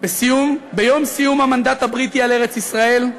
ביום סיום המנדט הבריטי על ארץ-ישראל,